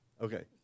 Okay